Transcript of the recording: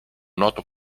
noto